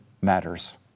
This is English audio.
matters